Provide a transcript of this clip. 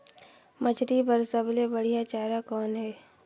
मछरी बर सबले बढ़िया चारा कौन हे?